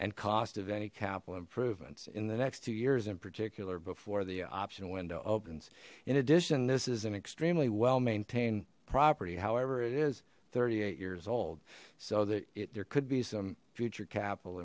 and cost of any capital improvements in the next two years in particular before the option window opens in addition this is an extremely well maintained property however it is thirty eight years old so that it there could be some future capital